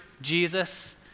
Jesus